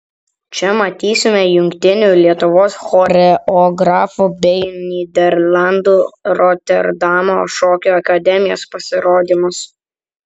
čia matysime jungtinių lietuvos choreografų bei nyderlandų roterdamo šokio akademijos pasirodymus